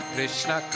Krishna